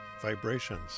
vibrations